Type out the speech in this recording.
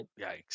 Yikes